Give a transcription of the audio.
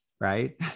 Right